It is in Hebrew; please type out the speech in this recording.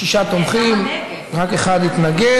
שישה תומכים, רק אחד התנגד.